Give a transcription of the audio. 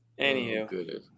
Anywho